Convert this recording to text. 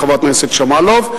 חברת הכנסת שמאלוב,